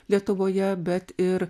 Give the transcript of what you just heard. lietuvoje bet ir